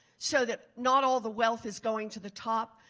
so that not all the wealth is going to the top,